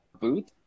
boot